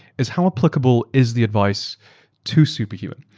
is how applicable is the advice to superhuman?